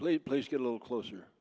plea please get a little closer